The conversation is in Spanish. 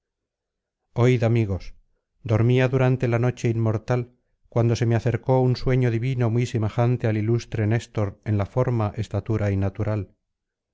oíd amigos dormía durante la noche inmortal cuando se me acercó un sueño divino muy semejante al ilustre néstor en la forma estatura y natural